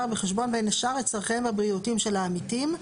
בחשבון בין השאר את צרכיהם הבריאותיים של העמיתים.